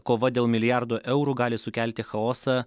kova dėl milijardo eurų gali sukelti chaosą